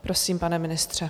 Prosím, pane ministře.